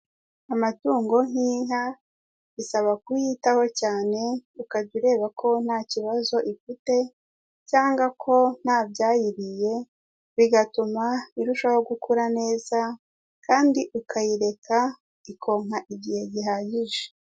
Amatungo nk'inka bisaba kuyitaho cyane ukajya ureba ko nta kibazo ifite cyangwa ko ntabyayiriye bigatuma irushaho gukura neza kandi ukayireka ikonka igihe gihagije.